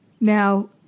Now